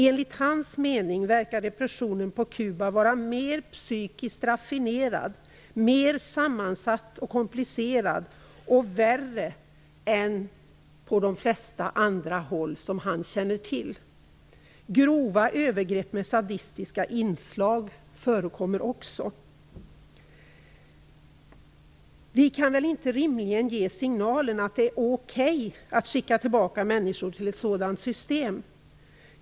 Enligt hans mening verkar repressionen på Kuba vara mer psykiskt raffinerad, mer sammansatt, komplicerad och värre än på de flesta andra håll som han känner till. Grova övergrepp med sadistiska inslag förekommer också. Vi kan väl rimligtvis inte ge signalen att det är okej att skicka tillbaka människor till ett sådant system.